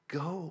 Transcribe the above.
go